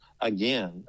again